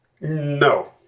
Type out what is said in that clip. No